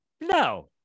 no